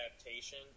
adaptation